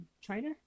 China